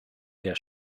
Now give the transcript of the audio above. der